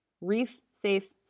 reef-safe